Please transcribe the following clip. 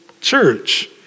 church